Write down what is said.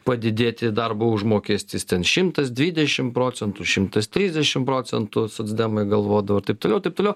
padidėti darbo užmokestis ten šimtas dvidešim procentų šimtas trisdešim procentų socdemai galvodavo ir taip toliau ir taip toliau